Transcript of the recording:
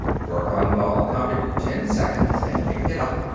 verkan vall counted ten seconds and picked it up,